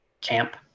camp